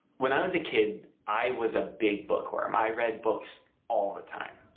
when i was a kid i was a big book worm, i read books all the time.